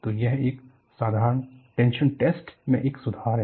तो यह एक साधारण टेंशन टेस्ट मे एक सुधार है